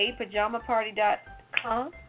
apajamaparty.com